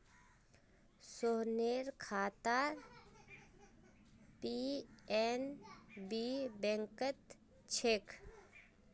सोहनेर खाता पी.एन.बी बैंकत छेक